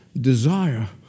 desire